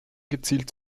gezielt